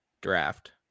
draft